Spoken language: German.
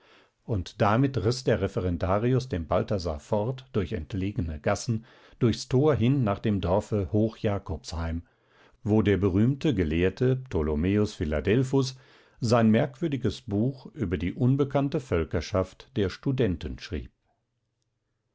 und damit riß der referendarius den balthasar fort durch entlegene gassen durchs tor hin nach dem dorfe hoch jakobsheim wo der berühmte gelehrte ptolomäus philadelphus sein merkwürdiges buch über die unbekannte völkerschaft der studenten schrieb